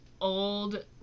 old